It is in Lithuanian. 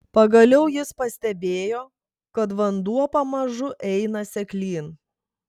pagaliau jis pastebėjo kad vanduo pamažu eina seklyn